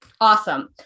Awesome